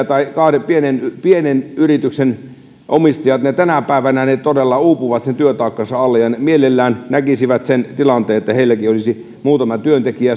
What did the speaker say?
tai pienten yritysten omistajat tänä päivänä todella uupuvat sen työtaakkansa alle he mielellään näkisivät sen tilanteen että heilläkin olisi muutama työntekijä ja